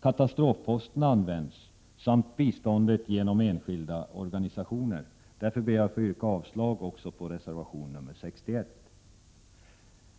Katastrofposten används samt biståndet genom enskilda organisationer. Därför ber jag att få yrka avslag på reservation nr 61.